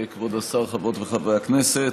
כבוד השר, חברות וחברי הכנסת,